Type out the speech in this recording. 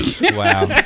wow